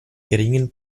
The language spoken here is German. geringen